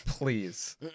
Please